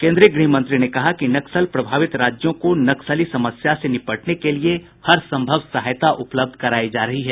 केन्द्रीय गृह मंत्री ने कहा कि नक्सल प्रभावित राज्यों को नक्सली समस्या से निपटने के लिए हरसंभव सहायता उपलब्ध करायी जा रही है